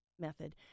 method